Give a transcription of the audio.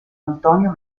antonio